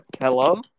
Hello